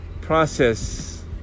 Process